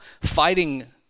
fighting